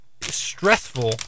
stressful